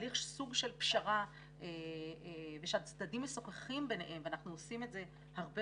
סוג של פשרה וכאשר הצדדים משוחחים ביניהם ואנחנו עושים את זה הרבה